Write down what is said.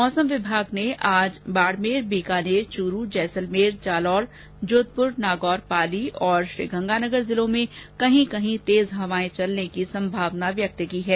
मौसम विभाग ने आज बाड़मेर बीकानेर चुरु जैसलमेर जालौर जोधपुर नागौर पाली श्रीगंगानगर जिलों में कहीं कहीं तेज हवाए चलने की सम्भावना व्यक्त की है